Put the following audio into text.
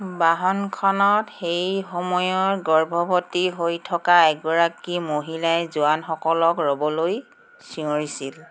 বাহনখনত সেই সময়ত গৰ্ভৱতী হৈ থকা এগৰাকী মহিলাই জোৱানসকলক ৰ'বলৈ চিঞৰিছিল